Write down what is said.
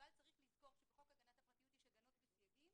אבל צריך לזכור שבחוק הגנת הפרטיות יש הגנות וסייגים,